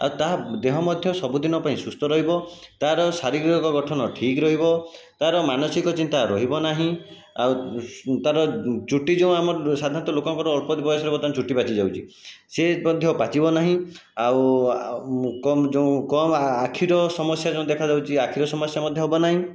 ଆଉ ତାହା ଦେହ ମଧ୍ୟ ସବୁଦିନ ପାଇଁ ସୁସ୍ଥ ରହିବ ତାର ଶାରୀରିକ ଗଠନ ଠିକ ରହିବ ତାର ମାନସିକ ଚିନ୍ତା ରହିବ ନାହିଁ ଆଉ ସୁ ତାର ଚୁଟି ଯେଉଁ ଆମର ସାଧାରଣତଃ ଲୋକଙ୍କର ଅଳ୍ପ ବୟସରେ ମଧ୍ୟ ଚୁଟି ପାଚିଯାଉଛି ସେ ମଧ୍ୟ ପାଚିବ ନାହିଁ ଆଉ କମ ଯେଉଁ କମ ଆଖିର ସମସ୍ୟା ଯେଉଁ ଦେଖାଯାଉଛି ଆଖିର ସମସ୍ୟା ମଧ୍ୟ ହେବନାହିଁ